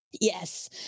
yes